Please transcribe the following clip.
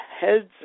heads